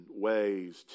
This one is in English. ways